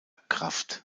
krafft